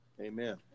Amen